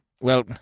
Well